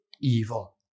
evil